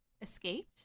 escaped